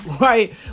right